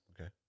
Okay